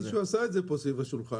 מישהו עשה את זה כאן סביב השולחן.